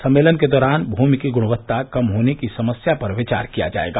सम्मेलन के दौरान भूमि की गृणवत्ता कम होने की समस्या पर विचार किया जाएगा